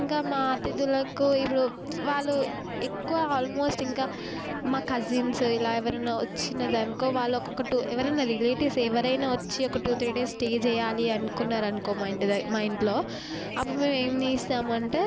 ఇంకా మా అతిథులకు ఇప్పుడు వాళ్ళు ఎక్కువ ఆల్మోస్ట్ ఇంకా మా కజిన్స్ ఇలా ఎవరైనా వచ్చినది అనుకో వాళ్ళు ఒక్కొక్క టూ ఎవరైనా రిలేటివ్స్ ఎవరైనా వచ్చి ఒక టూ త్రీ డేస్ స్టే చేయాలి అనుకున్నారు అనుకో మా ఇంటి దగ్గర మా ఇంట్లో అప్పుడు మేము ఏం చేస్తాము అంటే